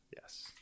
Yes